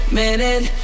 minute